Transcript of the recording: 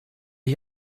gli